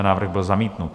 Návrh byl zamítnut.